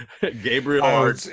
Gabriel